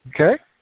Okay